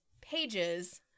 pages